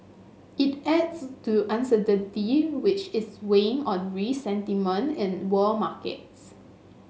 it adds to uncertainty which is weighing on risk sentiment in world markets